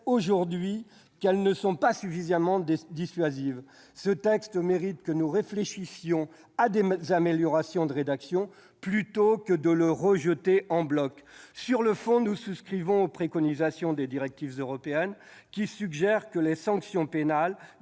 aujourd'hui qu'elles ne sont pas assez dissuasives. Ce texte mérite que nous réfléchissions à des améliorations de rédaction plutôt que de le rejeter en bloc. Sur le fond, nous souscrivons aux préconisations des directives européennes qui suggèrent que les sanctions pénales